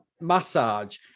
massage